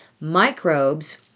Microbes